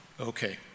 Okay